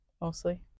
Mostly